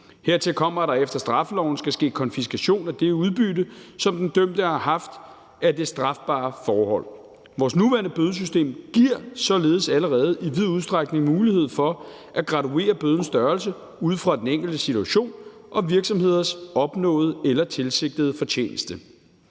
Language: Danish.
Hertil kommer, at der efter straffeloven skal ske konfiskation af det udbytte, som den dømte har haft af det strafbare forhold. Vores nuværende bødesystem giver således allerede i vid udstrækning mulighed for at graduere bødens størrelse ud fra den enkeltes situation og virksomheders opnåede eller tilsigtede fortjeneste.